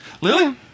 Lily